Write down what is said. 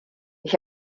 ich